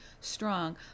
strong